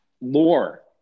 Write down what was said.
lore